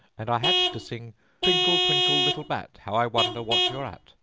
and i had to sing twinkle, twinkle, little bat! how i wonder what you're at!